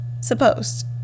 Supposed